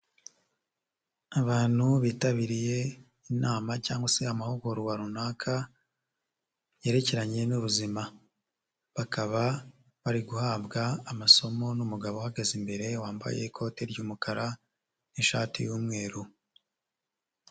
Abantu bitabiriye inama cyangwa se amahugurwa runaka yerekeranye n'ubuzima, bakaba bari guhabwa amasomo n'umugabo uhagaze imbere wambaye ikoti ry'umukara n'ishati y'umweru.